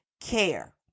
care